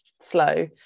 slow